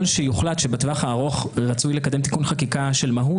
שיוחלט שבטווח הארוך רצוי לקדם תיקון חקיקה של מהות